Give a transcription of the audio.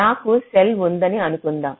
నాకు సెల్ ఉందని అనుకుందాం